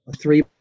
three